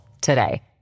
today